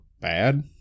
bad